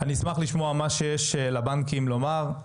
אני אשמח לשמוע מה שיש לבנקים לומר.